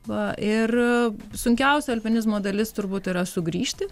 va ir sunkiausia alpinizmo dalis turbūt yra sugrįžti